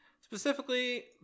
specifically